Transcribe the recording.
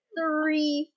Three